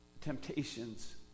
temptations